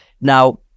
Now